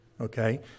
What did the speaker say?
Okay